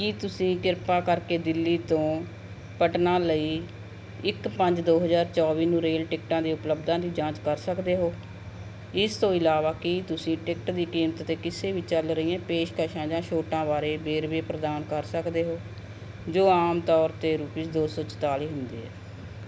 ਕੀ ਤੁਸੀਂ ਕਿਰਪਾ ਕਰਕੇ ਦਿੱਲੀ ਤੋਂ ਪਟਨਾ ਲਈ ਇੱਕ ਪੰਜ ਦੋ ਹਜ਼ਾਰ ਚੌਵੀ ਨੂੰ ਰੇਲ ਟਿਕਟਾਂ ਦੀ ਉਪਲਬਧਤਾ ਦੀ ਜਾਂਚ ਕਰ ਸਕਦੇ ਹੋ ਇਸ ਤੋਂ ਇਲਾਵਾ ਕੀ ਤੁਸੀਂ ਟਿਕਟ ਦੀ ਕੀਮਤ 'ਤੇ ਕਿਸੇ ਵੀ ਚੱਲ ਰਹੀਆਂ ਪੇਸ਼ਕਸ਼ਾਂ ਜਾਂ ਛੋਟਾਂ ਬਾਰੇ ਵੇਰਵੇ ਪ੍ਰਦਾਨ ਕਰ ਸਕਦੇ ਹੋ ਜੋ ਆਮ ਤੌਰ 'ਤੇ ਰੁਪੀਸ ਦੋ ਸੌ ਚੁਤਾਲੀ ਹੁੰਦੀ ਹੈ